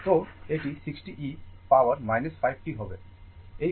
তোহ এটি 60 e power 5 t হবে